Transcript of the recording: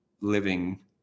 living